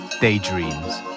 Daydreams